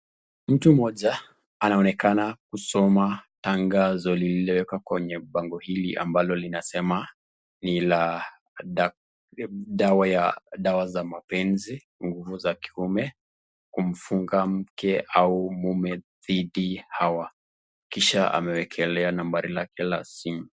Mtu mmoja anaonekana kusoma tangazo lililowekwa kwenye bango hili ambalo linalosema dawa ya mapenzi nguvu za kiume kumfunga mke au mume dhidi hawa kisha ameeka nambari lake ya simu.